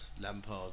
Lampard